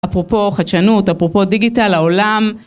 אפרופו חדשנות, אפרופו דיגיטל, העולם